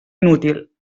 inútil